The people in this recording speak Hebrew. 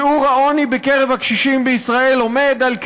שיעור העוני בקרב הקשישים בישראל עומד על כרבע,